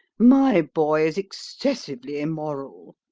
my boy is excessively immoral.